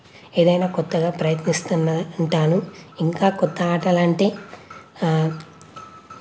ఏదైనా క్రొత్తగా ప్రయత్నిస్తున్న ఉంటాను ఇంకా క్రొత్త ఆటలు అంటే